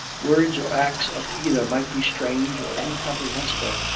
words or acts of either might be strange or incomprehensible,